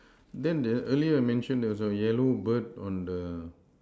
then the earlier mentioned also yellow bird on the